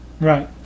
Right